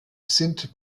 sind